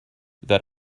that